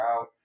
out